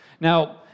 Now